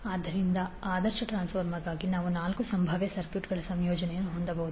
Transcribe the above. ಆದ್ದರಿಂದ ಆದರ್ಶ ಟ್ರಾನ್ಸ್ಫಾರ್ಮರ್ಗಾಗಿ ನಾವು ನಾಲ್ಕು ಸಂಭಾವ್ಯ ಸರ್ಕ್ಯೂಟ್ಗಳ ಸಂಯೋಜನೆಯನ್ನು ಹೊಂದಬಹುದು